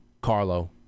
Carlo